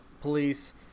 police